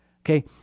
Okay